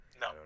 No